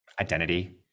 identity